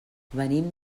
venim